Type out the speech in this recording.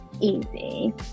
easy